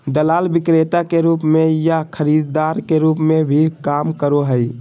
दलाल विक्रेता के रूप में या खरीदार के रूप में भी काम करो हइ